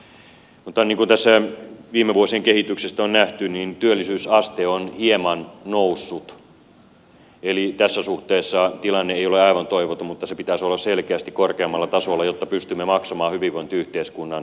mutta niin kuin tässä viime vuosien kehityksestä on nähty työllisyysaste on hieman noussut eli tässä suhteessa tilanne ei ole aivan toivoton mutta sen pitäisi olla selkeästi korkeammalla tasolla jotta pystymme maksamaan hyvinvointiyhteiskunnan menot